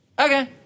Okay